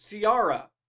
Ciara